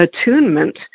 attunement